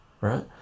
right